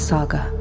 Saga